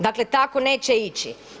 Dakle, tako neće ići.